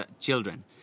children